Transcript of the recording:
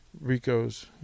Rico's